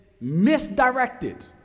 misdirected